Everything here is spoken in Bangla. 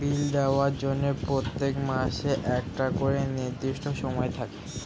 বিল দেওয়ার জন্য প্রত্যেক মাসে একটা করে নির্দিষ্ট সময় থাকে